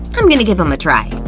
i'm gonna give em a try.